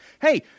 hey